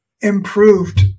improved